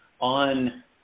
on